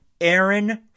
Aaron